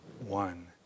one